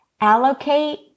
allocate